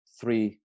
three